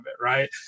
Right